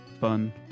fun